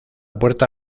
puerta